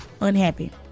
unhappy